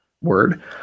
word